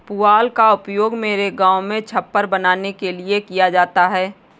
पुआल का उपयोग मेरे गांव में छप्पर बनाने के लिए किया जाता है